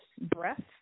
breath